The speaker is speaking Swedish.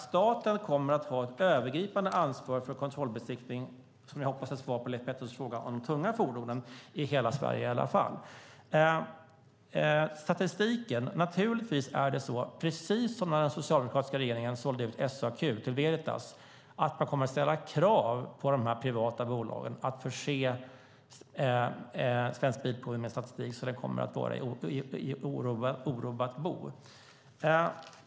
Staten kommer att ha ett övergripande ansvar för kontrollbesiktningen av de tunga fordonen i hela Sverige i alla fall, vilket jag hoppas är ett svar på Leif Petterssons fråga. Precis som när den socialdemokratiska regeringen sålde ut SAQ till Veritas kommer man att ställa krav på de här privata bolagen att förse Svensk Bilprovning med statistik så den kommer att vara i orubbat bo.